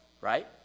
right